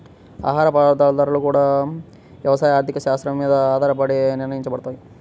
ఆహార పదార్థాల ధరలు గూడా యవసాయ ఆర్థిక శాత్రం మీద ఆధారపడే నిర్ణయించబడతయ్